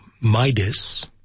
Midas